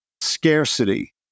scarcity